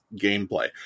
gameplay